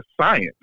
science